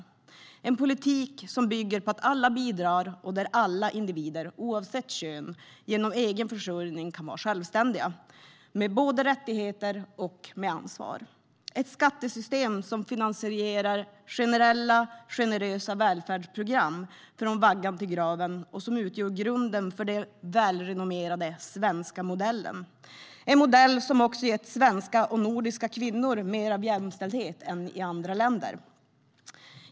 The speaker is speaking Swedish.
Det är en politik som bygger på att alla bidrar och där alla individer oavsett kön genom egen försörjning kan vara självständiga, med både rättigheter och ansvar. Det är ett skattesystem som finansierar generella, generösa välfärdsprogram från vaggan till graven och som utgör grunden för den välrenommerade svenska modellen, en modell som också har gett svenska och nordiska kvinnor mer av jämställdhet än i andra länder.